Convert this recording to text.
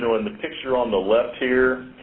so in the picture on the left here,